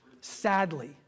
Sadly